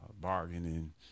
bargaining